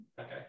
Okay